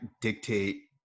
dictate